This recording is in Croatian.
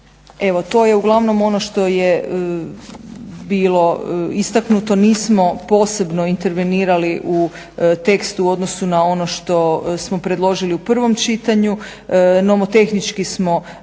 Evo to je uglavnom ono što je bilo istaknuto. Nismo posebno intervenirali u tekstu u odnosu na ono što smo predložili u prvom čitanju. Nomotehnički smo